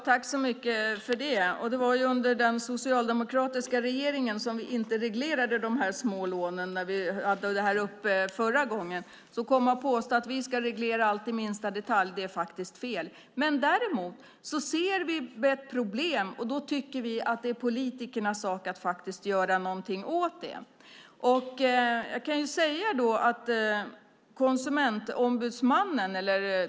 Herr talman! Det var under den socialdemokratiska regeringen som vi inte reglerade de små lånen - när frågan var uppe förra gången. Det är faktiskt fel att påstå att vi ska reglera allt i minsta detalj. Om vi däremot ser ett problem tycker vi att det är politikernas sak att faktiskt göra något åt det.